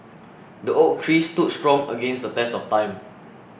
the oak tree stood strong against the test of time